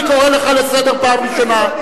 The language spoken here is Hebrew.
אני קורא לך לסדר פעם ראשונה.